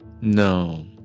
No